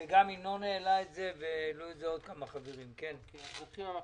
אתחיל עם המחצבות.